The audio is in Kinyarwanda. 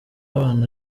abana